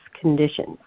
conditions